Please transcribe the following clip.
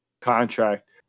contract